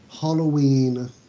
Halloween